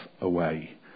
away